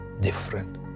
different